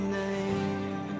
name